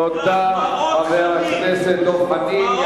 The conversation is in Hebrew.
תודה, חבר הכנסת דב חנין.